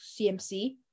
CMC